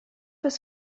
was